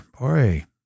Boy